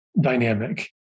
dynamic